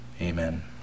Amen